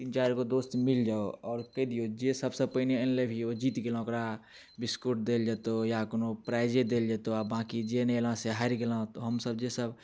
तीन चारिगो दोस्त मिलि जाउ आओर कहि दिऔ जे सबसँ पहिने आनि लेबही ओ जीति गेल ओकरा बिस्कुट देल जेतौ या कोनो प्राइजे देल जेतौ बाँकी जे नहि अएलौ से हारि गेलौ तऽ हमसब जेसब